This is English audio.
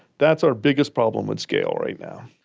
that's our biggest problem with scale right now.